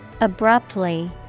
Abruptly